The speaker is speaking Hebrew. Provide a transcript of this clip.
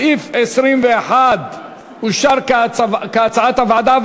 סעיף 21 אושר, כהצעת הוועדה.